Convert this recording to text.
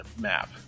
map